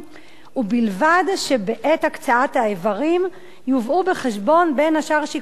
ובלבד שבעת הקצאת האיברים יובאו בחשבון בין השאר שיקולים אלה,